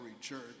Church